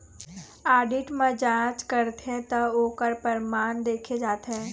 audit म जांच करथे त ओखर परमान देखे जाथे